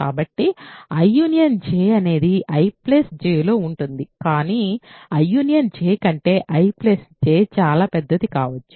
కాబట్టి I J అనేది I Jలో ఉంటుంది కానీ I J కంటే I J చాలా పెద్దది కావచ్చు